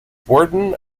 wharton